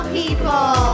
people